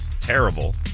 terrible